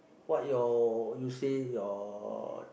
what your you say your